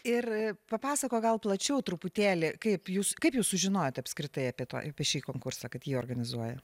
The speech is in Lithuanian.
ir papasakok gal plačiau truputėlį kaip jūs kaip jūs sužinojote apskritai apie tą apie šį konkursą kad jį organizuoja